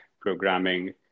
programming